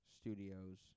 studios